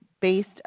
based